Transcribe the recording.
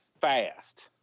fast